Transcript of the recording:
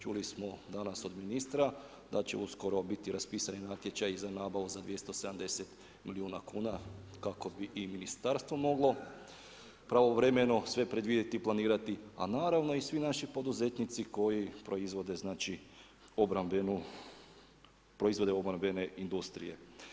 Čuli smo danas od ministra da će uskoro biti raspisan natječaj za nabavu za 270 milijuna kuna kako bi i ministarstvo moglo pravovremeno sve predvidjeti i planirati, a naravno i svi naši poduzetnici koji proizvode obrambene industrije.